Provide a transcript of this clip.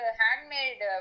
handmade